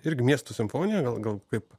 irgi miesto simfonija gal gal kaip